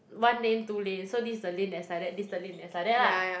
one lane two lane so this is the lane that is like that this is the lane that is like lah